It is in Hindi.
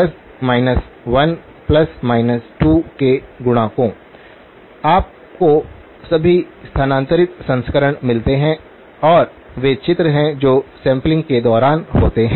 1 2 के गुणकों आपको सभी स्थानांतरित संस्करण मिलते हैं और वे चित्र हैं जो सैंपलिंग के दौरान होते हैं